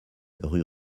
rue